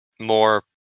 more